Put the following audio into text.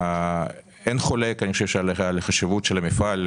אין חולק על החשיבות של המפעל,